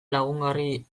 lagungarri